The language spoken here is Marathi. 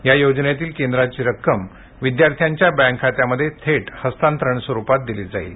या योजनेतील केंद्राची रक्कम विद्यार्थ्यांच्या बँक खात्यांमध्ये थेट हस्तांतरण स्वरुपात दिली जाईल